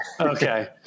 Okay